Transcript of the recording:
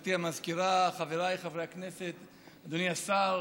גברתי המזכירה, חבריי חברי הכנסת, אדוני השר,